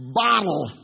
bottle